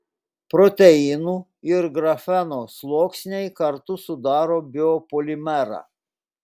proteinų ir grafeno sluoksniai kartu sudaro biopolimerą